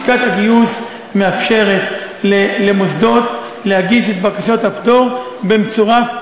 לשכת הגיוס מאפשרת למוסדות להגיש את בקשות הפטור במצורף,